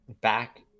back